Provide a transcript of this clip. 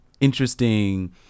interesting